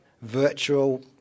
Virtual